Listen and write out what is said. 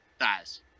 Thighs